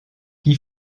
qui